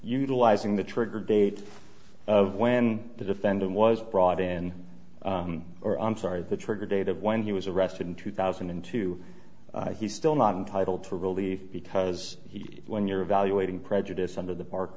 utilizing the trigger date of when the defendant was brought in or i'm sorry the trigger date of when he was arrested in two thousand and two he's still not entitled to relief because he when you're evaluating prejudice under the park